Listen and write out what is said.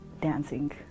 dancing